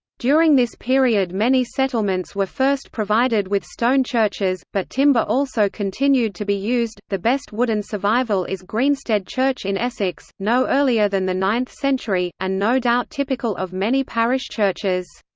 during this period many settlements were first provided with stone churches, but timber also continued to be used the best wooden survival is greensted church in essex, no earlier than the ninth century, and no doubt typical of many parish churches.